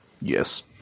Yes